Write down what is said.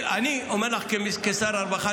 אני אומר לך כשר הרווחה,